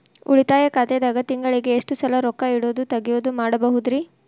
ಉಳಿತಾಯ ಖಾತೆದಾಗ ತಿಂಗಳಿಗೆ ಎಷ್ಟ ಸಲ ರೊಕ್ಕ ಇಡೋದು, ತಗ್ಯೊದು ಮಾಡಬಹುದ್ರಿ?